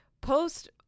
post